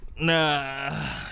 Nah